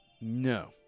No